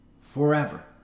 forever